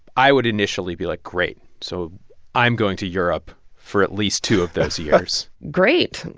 i would initially be like great. so i'm going to europe for at least two of those years great.